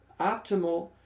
optimal